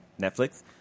Netflix